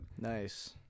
Nice